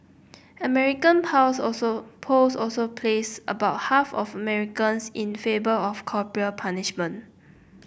American pause also polls also placed about half of Americans in of corporal punishment